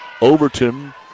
Overton